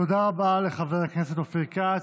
תודה רבה לחבר הכנסת אופיר כץ.